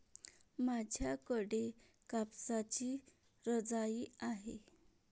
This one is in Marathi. माझ्याकडे कापसाची रजाई आहे